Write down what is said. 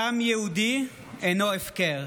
דם יהודי אינו הפקר.